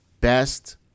best